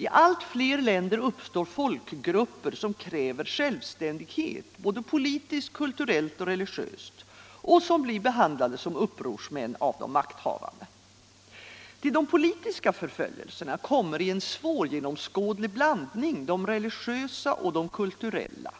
I allt fler länder uppstår folkgrupper som kräver självständighet, både politiskt och kulturellt och religiöst, och som blir behandlade som upprorsmän av de makthavande. Till de politiska förföljelserna kommer i en svårgenomskådlig blandning de religiösa och de kulturella,